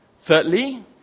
Thirdly